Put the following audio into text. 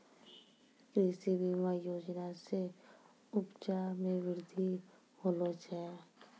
कृषि बीमा योजना से उपजा मे बृद्धि होलो छै